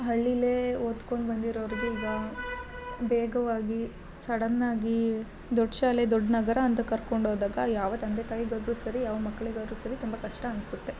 ಹಳ್ಳಿಲೇ ಓದ್ಕೊಂಡು ಬಂದಿರೋರ್ಗೆ ಈಗ ಬೇಗವಾಗಿ ಸಡನ್ನಾಗಿ ದೊಡ್ಡ ಶಾಲೆ ದೊಡ್ಡ ನಗರ ಅಂತ ಕರ್ಕೊಂಡು ಹೋದಾಗ ಯಾವ ತಂದೆ ತಾಯಿಗಾದರೂ ಸರಿ ಯಾವ ಮಕ್ಳಿಗಾದರೂ ಸರಿ ತುಂಬ ಕಷ್ಟ ಅನ್ಸುತ್ತೆ